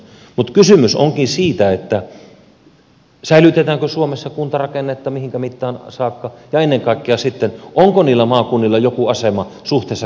mutta kysymys onkin siitä mihinkä mittaan saakka suomessa kuntarakennetta säilytetään ja ennen kaikkea siitä onko niillä maakunnilla joku asema suhteessa keskushallintoon